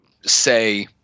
say